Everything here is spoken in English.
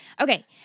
Okay